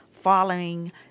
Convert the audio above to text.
following